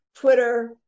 Twitter